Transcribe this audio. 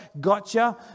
Gotcha